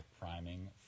priming